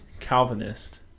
Calvinist